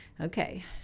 Okay